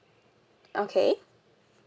okay